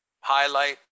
highlight